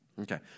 Okay